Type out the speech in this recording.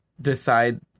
decide